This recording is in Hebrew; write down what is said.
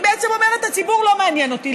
היא בעצם אומרת: הציבור לא מעניין אותי.